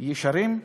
ישרים?